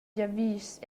giavischs